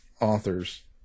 authors